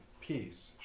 peace